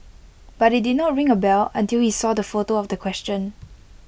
but IT did not ring A bell until he saw the photo of the question